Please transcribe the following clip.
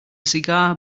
cigar